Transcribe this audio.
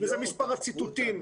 וזה מספר הציטוטים.